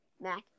Mac